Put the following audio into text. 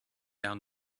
down